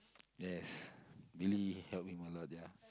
yes really help him a lot ya